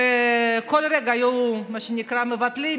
בכל רגע היו מבטלים,